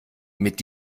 mit